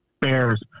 bears